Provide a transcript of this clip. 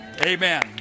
amen